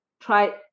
try